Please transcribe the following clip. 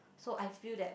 so I feel that